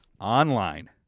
online